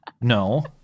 No